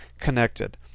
connected